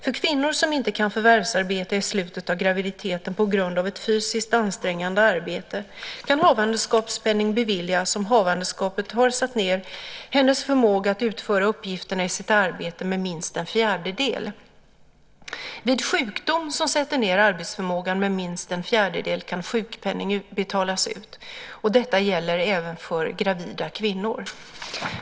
För kvinnor som inte kan förvärvsarbeta i slutet av graviditeten på grund av ett fysiskt ansträngande arbete kan havandeskapspenning beviljas om havandeskapet har satt ned hennes förmåga att utföra uppgifterna i sitt arbete med minst en fjärdedel. Vid sjukdom som sätter ned arbetsförmågan med minst en fjärdedel kan sjukpenning betalas ut. Detta gäller även för gravida kvinnor.